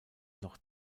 noch